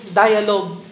dialogue